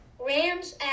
Rams